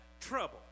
trouble